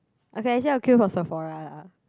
okay actually I'll queue for Sephora lah